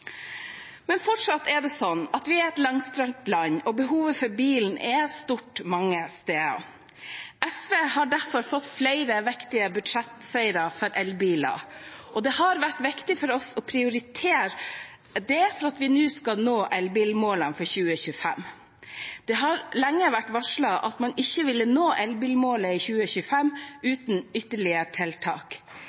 Men fortsatt er det slik at vi er et langstrakt land, og behovet for bilen er stort mange steder. SV har derfor fått flere viktige budsjettseire for elbiler, og det har vært viktig for oss å prioritere det for at vi nå skal nå elbilmålet for 2025. Det har lenge vært varslet at man ikke ville nå elbilmålet i 2025 uten ytterligere tiltak.